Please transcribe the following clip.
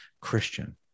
Christian